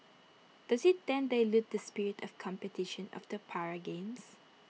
does IT then dilute the spirit of competition of the para games